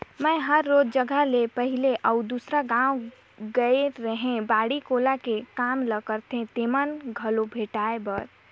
मेंए हर तोर जगह ले पहले अउ दूसर गाँव गेए रेहैं बाड़ी कोला के काम ल करथे तेमन जघा भेंटाय बर